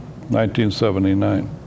1979